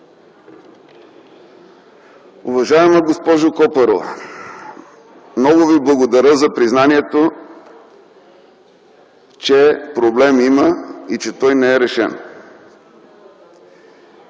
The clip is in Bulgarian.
Уважаема госпожо Копарова! Много Ви благодаря за признанието, че проблем има и че той не е решен